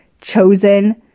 chosen